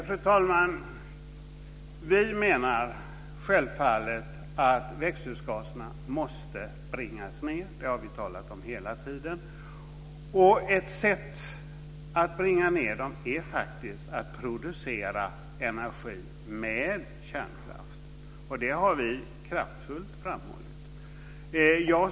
Fru talman! Vi menar självfallet att växthusgaserna måste bringas ned. Det har vi talat om hela tiden. Ett sätt att bringa ned dem är att producera energi med kärnkraft. Det har vi kraftfullt framhållit.